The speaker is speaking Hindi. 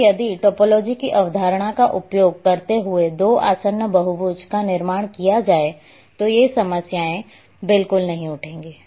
क्योंकि यदि टोपोलॉजी की अवधारणा का उपयोग करते हुए दो आसन्न बहुभुज का निर्माण किया जाए तो ये समस्याएं बिल्कुल नहीं उठेंगी